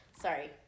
Sorry